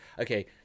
okay